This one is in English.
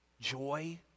joy